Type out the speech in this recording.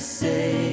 say